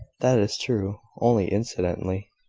that is true, only incidentally.